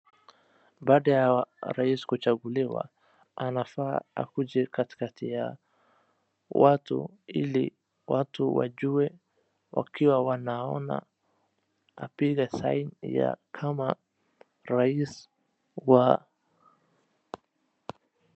Baada ya wa rais kuchaguliwa, anafaa akuje katikati ya watu ili watu wajue wakiwa wanaona, apige sign ya kama rais wa...